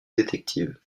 détective